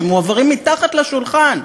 שמועברים מתחת לשולחן,